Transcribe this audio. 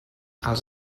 els